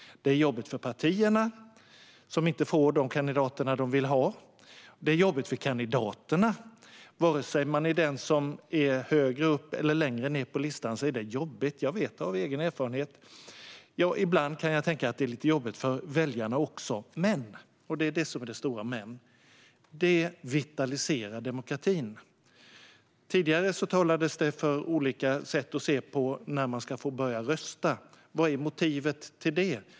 Det är jobbigt för partierna, som inte får de kandidater de vill ha. Det är jobbigt för kandidaterna. Oavsett om man är högre upp eller längre ned på listan är det jobbigt - jag vet det av egen erfarenhet. Ja, ibland kan jag tänka att det är lite jobbigt för väljarna också. Men - och det är det som är det stora - det vitaliserar demokratin. Tidigare talades det för olika sätt att se på när man ska få börja rösta. Vad är motivet till det?